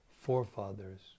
forefathers